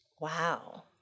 Wow